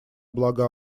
благо